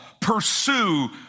pursue